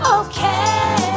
okay